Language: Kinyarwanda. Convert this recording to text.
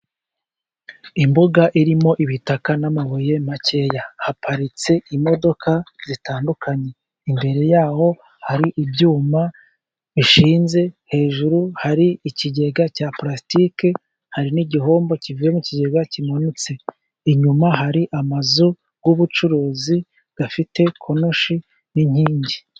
Imbuga irimo ibitaka n'amabuye makeya haparitse imodoka zitandukanye, imbere yaho hari ibyuma bishinze hejuru, hari ikigega cya palastiki, hari n'igihombo kivuye mu kigega kimanutse, inyuma hari amazu y'ubucuruzi afite konoshi n'inkingi.